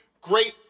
great